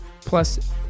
plus